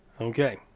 Okay